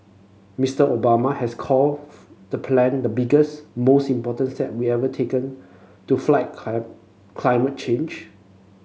Mister Obama has the plan the biggest most important step we ever taken to fight climate change